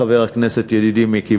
חבר הכנסת ידידי מיקי,